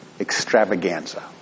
extravaganza